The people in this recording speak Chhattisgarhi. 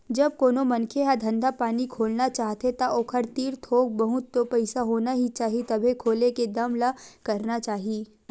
जब कोनो मनखे ह धंधा पानी खोलना चाहथे ता ओखर तीर थोक बहुत तो पइसा होना ही चाही तभे खोले के दम ल करना चाही